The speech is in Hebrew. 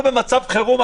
אנחנו במצב חירום.